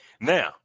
Now